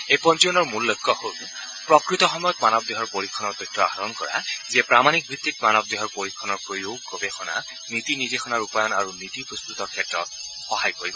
এই পঞ্জীয়নৰ মূল লক্ষ্য হ'ল প্ৰকৃত সময়ত মানৱ দেহৰ পৰীক্ষণৰ তথ্য আহৰণ কৰা যিয়ে প্ৰামাণিক ভিত্তিত মানৱ দেহৰ পৰীক্ষণৰ প্ৰয়োগ গৱেষণা নীতি নিৰ্দেশনা ৰূপায়ণ আৰু নীতি প্ৰস্ততৰ ক্ষেত্ৰত সহায়ক হব